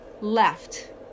left